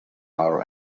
our